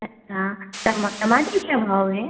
अच्छा टमा टमाटर क्या भाव है